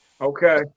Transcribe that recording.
okay